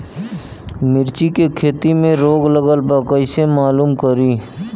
मिर्ची के खेती में रोग लगल बा कईसे मालूम करि?